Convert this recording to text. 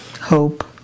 hope